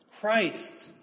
Christ